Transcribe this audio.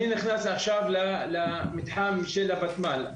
אני נכנס עכשיו למתחם של הוותמ"ל.